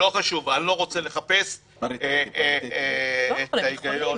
לא חשוב, אני לא רוצה לחפש את ההיגיון.